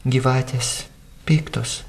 gyvatės piktos